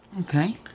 okay